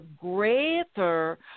greater